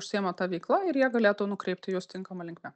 užsiėma ta veikla ir jie galėtų nukreipti jus tinkama linkme